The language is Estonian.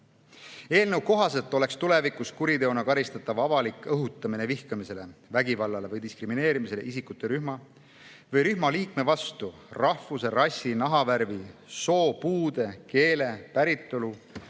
kohaselt oleks tulevikus kuriteona karistatav avalik õhutamine vihkamisele, vägivallale või diskrimineerimisele isikute rühma või rühma liikme vastu rahvuse, rassi, nahavärvi, soo, puude, keele, päritolu,